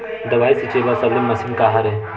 दवाई छिंचे बर सबले मशीन का हरे?